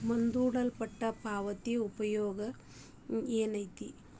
ಮುಂದೂಡಲ್ಪಟ್ಟ ಪಾವತಿಯ ಉಪಯೋಗ ಏನೈತಿ